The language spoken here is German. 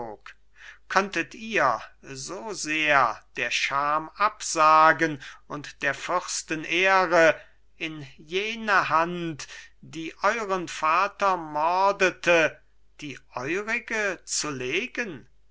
könntet ihr so sehr der scham absagen und der fürstenehre in jene hand die euren vater mordete die eurige zu legen